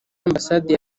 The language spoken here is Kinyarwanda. ambasade